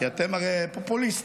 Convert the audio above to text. כי אתם הרי פופוליסטים.